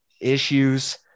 issues